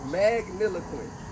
magniloquent